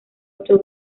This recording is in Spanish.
ocho